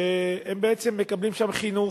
שבעצם מקבלים שם חינוך,